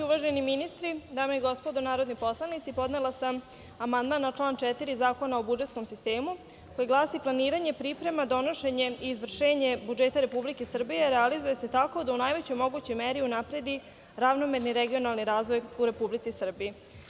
Uvaženi ministri, dame i gospodo narodni poslanici, podnela sam amandman na član 4. Zakona o budžetskom sistemu, koji glasi – planiranje, priprema, donošenje i izvršenje budžeta Republike Srbije realizuje se tako da u najvećoj mogućoj meri unapredi ravnomerni regionalni razvoj u Republici Srbiji.